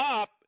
up